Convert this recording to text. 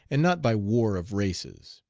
and not by war of races.